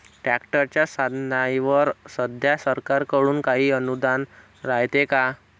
ट्रॅक्टरच्या साधनाईवर सध्या सरकार कडून काही अनुदान रायते का?